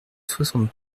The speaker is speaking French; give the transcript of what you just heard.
soixante